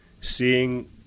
seeing